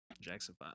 Jackson